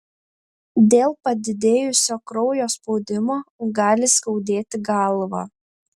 dėl padidėjusio kraujo spaudimo gali skaudėti galvą